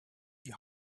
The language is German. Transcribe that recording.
die